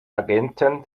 agenten